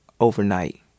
overnight